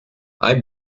ein